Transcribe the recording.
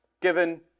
Given